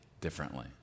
differently